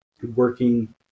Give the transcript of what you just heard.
Working